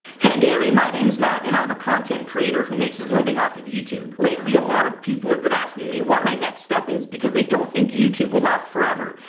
hey gary, my name's matt, matt, and i'm a content creator who makes his living off of youtube. lately a lot of people have been asking me what my next step is, because they don't think youtube will last forever.